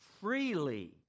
freely